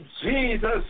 Jesus